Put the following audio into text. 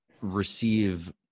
receive